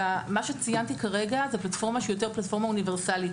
מה שציינתי כרגע זו פלטפורמה שהיא יותר פלטפורמה אוניברסלית,